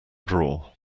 drawer